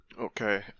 Okay